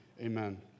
Amen